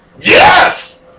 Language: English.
Yes